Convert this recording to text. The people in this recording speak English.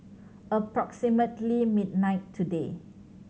approximately midnight today